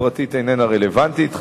עמדתי הפרטית איננה רלוונטית,